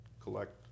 collect